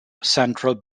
central